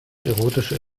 erotische